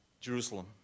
Jerusalem